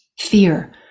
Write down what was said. Fear